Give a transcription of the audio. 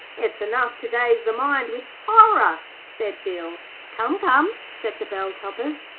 it's enough to daze the mind with horror said bill. come, come said the bell-topperers,